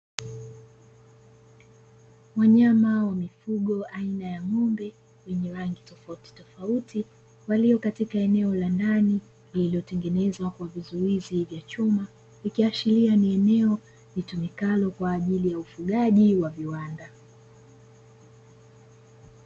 Wanyama wa mifugo ainanya ng'ombe yenye rangi tofauti tofauti walio katika eneo la ndani lililo tengenezwqa kwa vizuizi vya chuma, vikiashiria ni eneo litumikalo kwa ajili ya ufugaji wa viwanda.